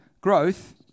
growth